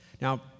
Now